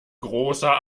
großer